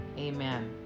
Amen